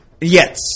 Yes